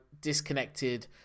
disconnected